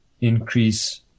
increase